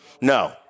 No